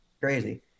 crazy